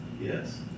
yes